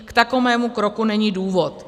K takovému kroku není důvod.